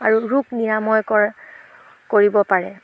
আৰু ৰোগ নিৰাময় কৰ কৰিব পাৰে